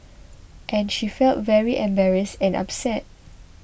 and she felt very embarrassed and upset